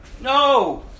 No